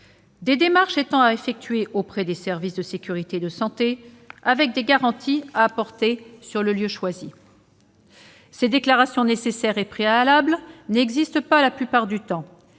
Des démarches sont à effectuer auprès des services de sécurité et de santé, des garanties devant être apportées sur le lieu choisi. Ces déclarations nécessaires et préalables ne sont pas effectuées la plupart du temps.